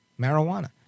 marijuana